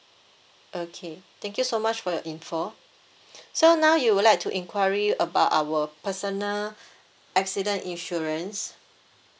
okay thank you so much for your info so now you would like to inquiry about our personal accident insurance